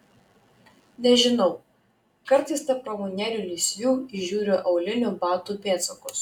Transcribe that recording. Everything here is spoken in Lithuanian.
nežinau kartais tarp ramunėlių lysvių įžiūriu aulinių batų pėdsakus